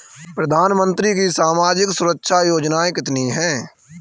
प्रधानमंत्री की सामाजिक सुरक्षा योजनाएँ कितनी हैं?